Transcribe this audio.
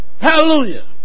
hallelujah